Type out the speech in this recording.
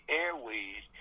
airways